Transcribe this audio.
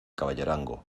caballerango